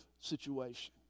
situation